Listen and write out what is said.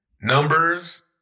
Numbers